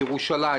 מירושלים.